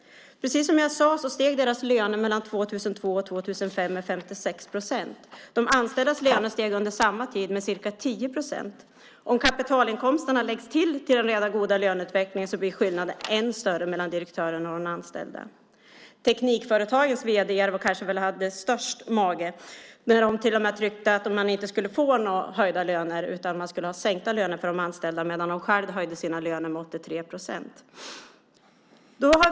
Precis som jag sade steg deras löner mellan 2002 och 2005 med 56 procent. De anställdas löner steg under samma tid med ca 10 procent. Om kapitalinkomsterna läggs till den redan goda löneutvecklingen blir skillnaden än större mellan direktören och de anställda. Teknikföretagens vd:ar hade kanske störst mage när de till och med tyckte att det inte skulle bli några höjda löner. Det skulle vara sänkta löner för den anställda medan de höjde sina egna löner 83 procent.